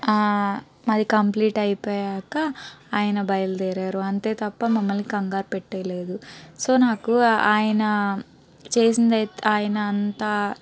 మాది కంప్లీట్ అయిపోయాక ఆయన బయలుదేరారు అంతేతప్ప మమ్మల్ని కంగారు పెట్టలేదు సో నాకు ఆయన చేసిందై ఆయన అంత